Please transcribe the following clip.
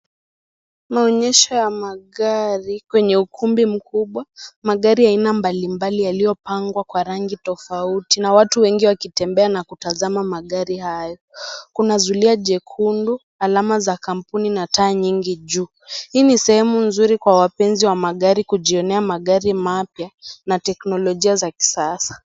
Maonyesho ya magari kwenye ukumbi mkubwa. Magari ya aina mbalimbali yaliyopangwa kwa rangi tofauti. Na watu wengi wakitembea na kutazama magari hayo. Kuna zuilio jekundu alama za kampuni na taa nyingi juu. Hii ni sehemu nzuri kwa wapenzi wa magari kujionea magari mapya na teknolojia za kisasa.